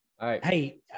Hey